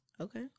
Okay